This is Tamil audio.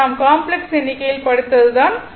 இது நாம் காம்ப்ளக்ஸ் எண்ணிக்கையில் படித்தது தான்